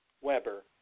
Weber